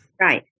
Right